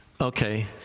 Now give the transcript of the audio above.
Okay